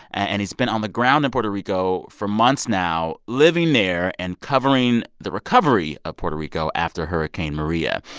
and he's been on the ground in puerto rico for months now, living there and covering the recovery of puerto rico after hurricane maria.